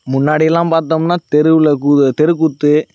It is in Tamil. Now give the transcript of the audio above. முன்னாடி எல்லாம் பார்த்தோம்னா தெருவில் கூத தெருக்கூத்து